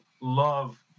love